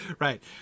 right